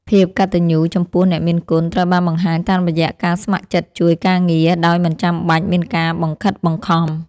ភាពកតញ្ញូចំពោះអ្នកមានគុណត្រូវបានបង្ហាញតាមរយៈការស្ម័គ្រចិត្តជួយការងារដោយមិនចាំបាច់មានការបង្ខិតបង្ខំ។